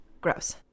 Gross